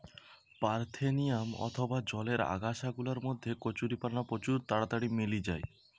parthenium অথবা জলের আগাছা গুলার মধ্যে কচুরিপানা প্রচুর তাড়াতাড়ি মেলি যায়